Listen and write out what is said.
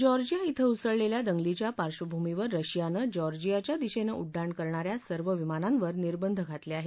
Georgia येथे उसळलेल्या दंगलीच्या पार्बभूमीवर रशियानं जॉर्जियाच्या दिशेनं उड्डाण करणा या सर्व विमानांवर निर्बंध घातले आहेत